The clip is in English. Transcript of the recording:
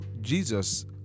jesus